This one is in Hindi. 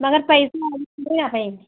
मगर पैसा हम